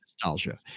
nostalgia